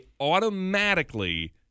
automatically